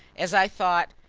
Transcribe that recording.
as i thought,